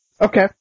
Okay